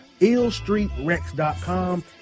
IllStreetRex.com